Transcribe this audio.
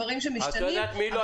דברים שמשתנים --- את יודעת מי לא